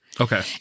Okay